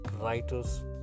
writer's